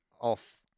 off